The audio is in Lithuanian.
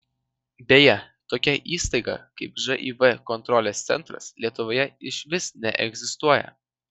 beje tokia įstaiga kaip živ kontrolės centras lietuvoje išvis neegzistuoja